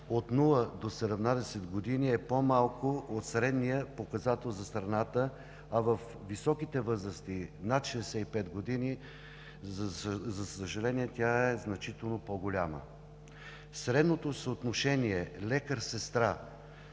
от нула до 17 години е по-малка от средния показател за страната, а във високите възрасти – над 65 години, за съжаление, е значително по-голяма. Средното съотношение лекар – сестра